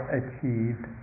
achieved